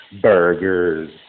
burgers